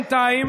בינתיים,